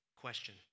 question